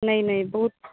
नहि नहि बहुत